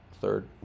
third